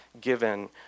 given